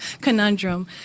conundrum